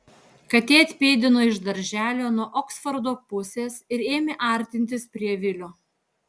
katė atpėdino iš darželio nuo oksfordo pusės ir ėmė artintis prie vilio